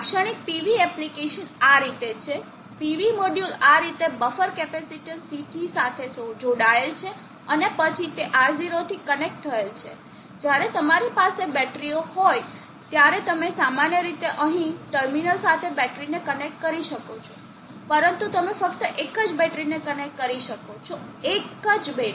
લાક્ષણિક PV application આ રીતે છે PV મોડ્યુલ આ રીતે બફર કેપેસિટીન્સ CT સાથે જોડાયેલ છે અને પછી તે R0 થી કનેક્ટ થયેલ છે જ્યારે તમારી પાસે બેટરી હોય ત્યારે તમે સામાન્ય રીતે અહીં આ ટર્મિનલ સાથે બેટરીને કનેક્ટ કરી શકો છો પરંતુ તમે ફક્ત એક જ બેટરીને કનેક્ટ કરી શકો છો એક બેટરી